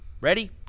Ready